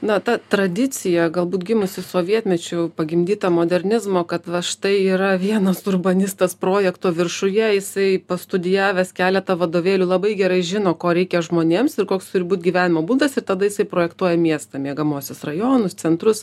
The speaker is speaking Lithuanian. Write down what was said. na ta tradicija galbūt gimusi sovietmečiu pagimdyta modernizmo kad va štai yra vienas urbanistas projekto viršuje jisai pastudijavęs keletą vadovėlių labai gerai žino ko reikia žmonėms ir koks turi būt gyvenimo būdas ir tada jisai projektuoja miestą miegamuosius rajonus centrus